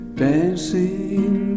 dancing